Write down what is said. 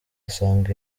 asanga